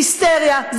זו היסטריה,